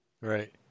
Right